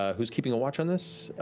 who's keeping a watch on this?